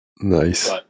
nice